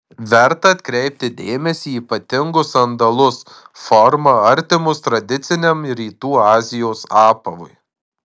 verta atkreipti dėmesį į ypatingus sandalus forma artimus tradiciniam rytų azijos apavui